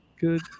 good